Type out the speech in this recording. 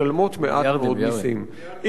משלמות מעט מאוד מסים,